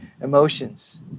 emotions